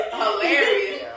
hilarious